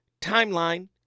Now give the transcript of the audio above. timeline